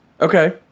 Okay